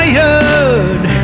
Tired